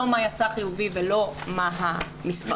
לא מה יצא חיובי ולא מה המספרים.